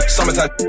Summertime